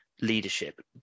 leadership